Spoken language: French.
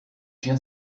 chien